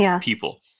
people